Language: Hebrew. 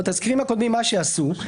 מה שעשו בתזכירים הקודמים,